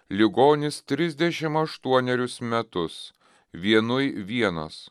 ligonis trisdešim aštuonerius metus vienui vienas